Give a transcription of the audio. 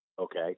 okay